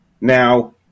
Now